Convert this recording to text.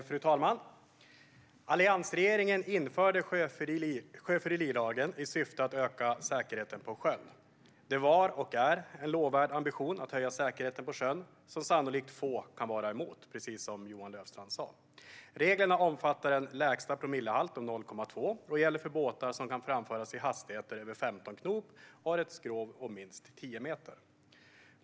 Fru talman! Alliansregeringen införde sjöfyllerilagen i syfte att öka säkerheten på sjön. Att höja säkerheten på sjön var och är en lovvärd ambition som sannolikt få är emot, precis som Johan Löfstrand sa. Reglerna omfattar en lägsta promillehalt om 0,2 och gäller för båtar som kan framföras i hastigheter över 15 knop eller har ett skrov om minst 10 meter.